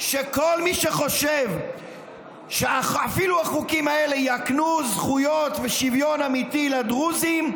כל מי שחושב שאפילו החוקים האלה יקנו זכויות ושוויון אמיתי לדרוזים,